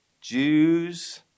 Jews